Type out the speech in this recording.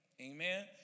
Amen